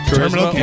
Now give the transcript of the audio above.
terminal